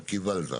קיבלת.